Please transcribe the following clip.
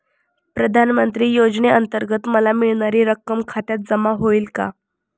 प्रधानमंत्री योजनेअंतर्गत मला मिळणारी रक्कम खात्यात जमा होईल का?